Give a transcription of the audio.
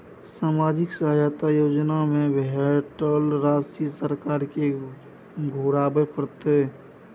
सामाजिक सहायता योजना में भेटल राशि सरकार के घुराबै परतै?